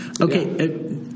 okay